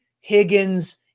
Higgins